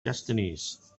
destinies